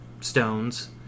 stones